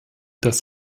das